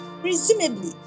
presumably